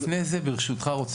ברשותך,